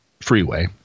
freeway